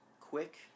quick